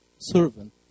servant